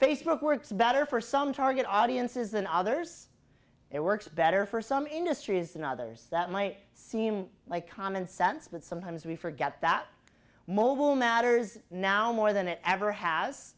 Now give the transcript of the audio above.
facebook works better for some target audiences than others it works better for some industries than others that might seem like common sense but sometimes we forget that mobile matters now more than it ever has